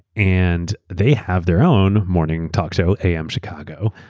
and they have their own morning talk show, am chicago.